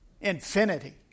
Infinity